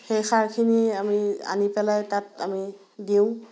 সেই সাৰখিনি আমি আনি পেলাই তাত আমি দিওঁ